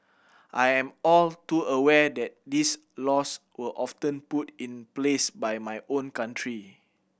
I am all too aware that these laws were often put in place by my own country